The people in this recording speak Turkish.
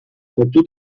toplu